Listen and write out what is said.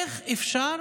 איך אפשר